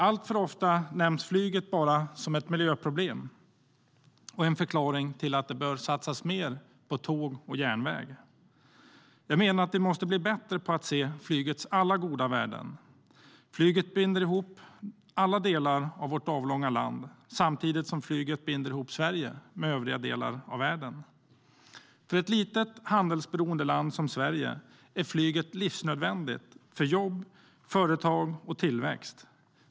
Alltför ofta nämns flyget bara som ett miljöproblem och som en förklaring till att det bör satsas mer på tåg och järnväg. Jag menar att vi måste bli bättre på att se flygets alla goda värden. Flyget binder ihop alla delar av vårt avlånga land samtidigt som det binder ihop Sverige med övriga världen. För ett litet, handelsberoende land som Sverige är flyget livsnödvändigt för jobb, företag och tillväxt.